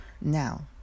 Now